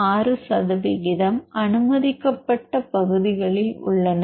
6 சதவீதம் அனுமதிக்கப் பட்ட பகுதிகளில் உள்ளன